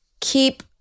keep